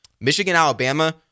Michigan-Alabama